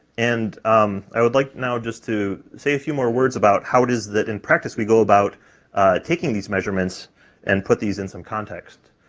and um i would like now just to say a few more words about how it is that in practice we go about taking these measurements and put these in some context.